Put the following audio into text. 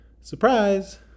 surprise